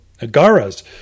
agaras